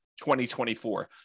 2024